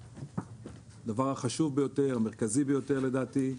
הדבר החשוב והמרכזי ביותר, לדעתי,